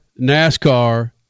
NASCAR